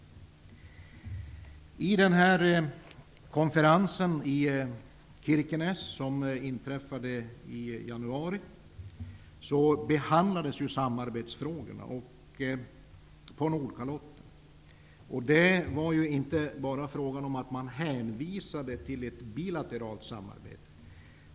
Vid den konferens i Kirkenes som ägde rum i januari behandlades frågor om samarbete på Nordkalotten. Det var inte bara fråga om att hänvisa till ett bilateralt samarbete.